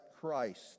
Christ